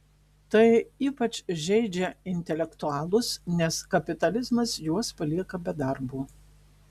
tai ypač žeidžia intelektualus nes kapitalizmas juos palieka be darbo